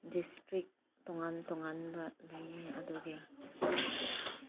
district ꯇꯣꯡꯉꯥꯟ ꯇꯣꯡꯉꯥꯟꯕ ꯂꯩꯌꯦ ꯑꯗꯨꯒꯤ